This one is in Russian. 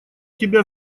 тебя